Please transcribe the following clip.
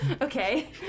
Okay